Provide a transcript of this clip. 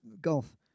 golf